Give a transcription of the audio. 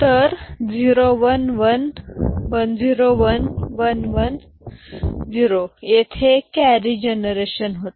तर 0 1 1 1 0 1 1 1 0 येथे एक कॅरी जनरेशन होते